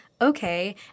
Okay